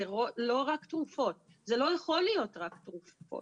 זה לא יכול להיות רק תרופות.